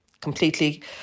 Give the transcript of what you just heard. completely